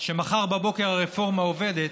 שמחר בבוקר הרפורמה עובדת,